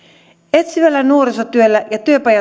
etsivällä nuorisotyöllä ja työpajatoiminnalla